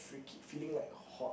freaky feeling like hot